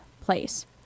place